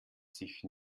sich